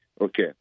okay